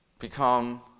Become